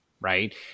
right